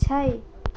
छै